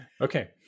Okay